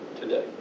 today